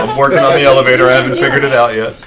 um working on the elevator. i haven't figured it out yet,